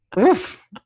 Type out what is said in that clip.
Oof